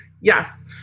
Yes